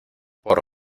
por